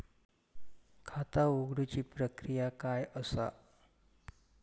खाता उघडुची प्रक्रिया काय असा?